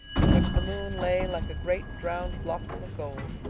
in which the moon lay like a great, drowned blossom of gold.